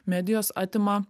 medijos atima